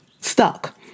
stuck